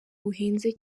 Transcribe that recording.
buhenze